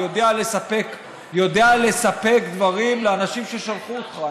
יודע לספק דברים לאנשים ששלחו אותך.